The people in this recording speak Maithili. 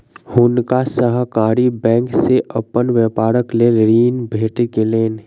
हुनका सहकारी बैंक से अपन व्यापारक लेल ऋण भेट गेलैन